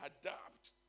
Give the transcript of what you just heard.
adapt